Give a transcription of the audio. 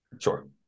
sure